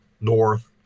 north